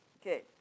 Okay